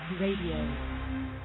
Radio